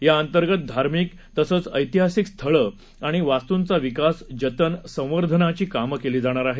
याअंतर्गत धार्मिक तसंच ऐतिहासिक स्थळं आणि वास्तुंचा विकास जतन आणि संवर्धनाची कामे केली जाणार आहेत